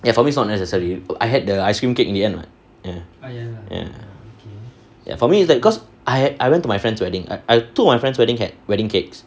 ya for me it's not necessary I had the ice cream cake in the end [what] ya ya ya for me it's like cause I I went to my friend's wedding I thought my friend's wedding had wedding cakes